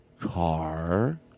car